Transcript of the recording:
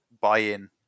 buy-in